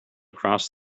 cross